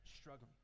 struggling